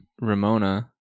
Ramona